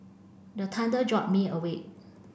the thunder jolt me awake